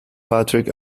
patrick